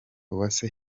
uwase